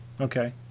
Okay